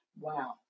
Wow